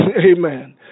Amen